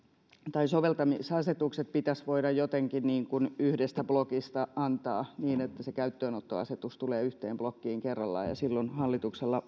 tai soveltamisasetukset pitäisi voida antaa jotenkin yhdestä blokista niin että se käyttöönottoasetus tulee yhteen blokkiin kerrallaan ja silloin hallituksella